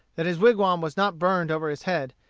that his wigwam was not burned over his head,